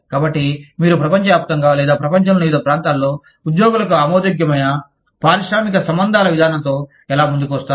కాబట్టి మీరు ప్రపంచవ్యాప్తంగా లేదా ప్రపంచంలోని వివిధ ప్రాంతాలలో ఉద్యోగులకు ఆమోదయోగ్యమైన పారిశ్రామిక సంబంధాల విధానంతో ఎలా ముందుకు వస్తారు